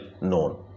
known